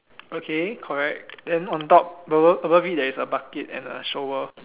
okay correct then on top above above it there's a bucket and a shovel